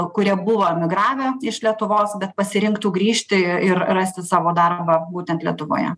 kurie buvo emigravę iš lietuvos bet pasirinktų grįžti ir rasti savo darbą būtent lietuvoje